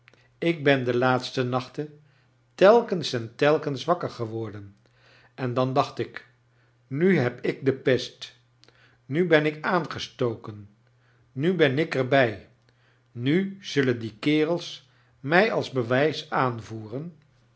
ik ben de laatste nachten telkens en telkens wakker geworden eh dan dacht ik nu heb ik de pest nu ben ik aanges token nu ben ik er bij nu zullen die kerels mij als bewijs aanvoeren